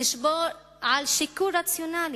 נשמור על שיקול רציונלי,